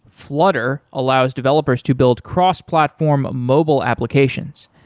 flutter allows developers to build cross-platform mobile applications.